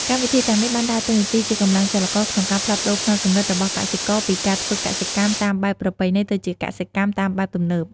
កម្មវិធីទាំងនេះបានដើរតួនាទីជាកម្លាំងចលករក្នុងការផ្លាស់ប្តូរផ្នត់គំនិតរបស់កសិករពីការធ្វើកសិកម្មតាមបែបប្រពៃណីទៅជាកសិកម្មតាមបែបទំនើប។